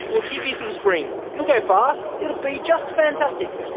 will give you some spring! you'll go far! it'll be just fantastic!